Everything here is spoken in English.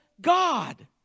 God